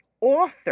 author